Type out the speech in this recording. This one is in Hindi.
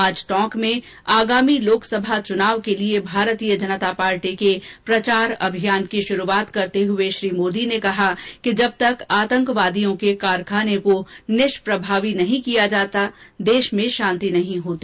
आज टोंक में आगामी लोकसभा चुनाव के लिए भारतीय जनता पार्टी के प्रचार अभियान की शुरुआत करते हुए श्री मोदी ने कहा कि जब तक आतंकवादियों के कारखाने को निष्प्रभावी नहीं किया जाता देश में शांति नहीं हो सकती